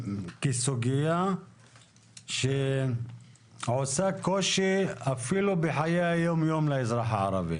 כסוגיה שעושה קושי אפילו בחיי היום יום לאזרח הערבי.